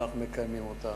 ואנחנו מקיימים אותם.